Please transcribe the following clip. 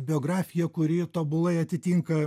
biografiją kuri tobulai atitinka